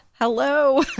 hello